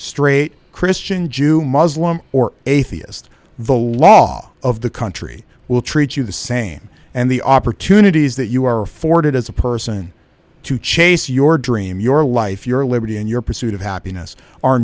straight christian jew muslim or atheist the law of the country will treat you the same and the opportunities that you are afforded as a person to chase your dream your life your liberty and your pursuit of happiness are